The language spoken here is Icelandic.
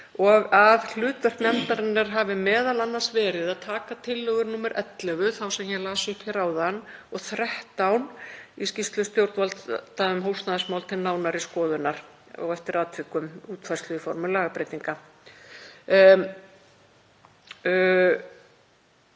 og að hlutverk nefndarinnar hafi m.a. verið að taka tillögur nr. 11, sem ég las upp áðan, og 13 í skýrslu stjórnvalda um húsnæðismál til nánari skoðunar og eftir atvikum útfærslu í formi lagabreytinga.